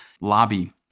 lobby